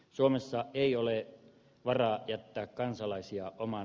suomessa ei ole varaa jättää kansalaisia oman